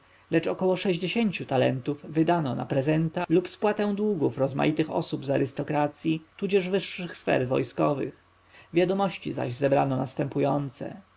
lecz około sześćdziesięciu talentów wydano na prezenta lub spłatę długów rozmaitych osób z arystokracji tudzież wyższych sfer wojskowych wiadomości zaś zebrano następujące